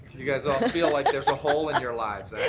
you guys all feel like there's a hole in your lives,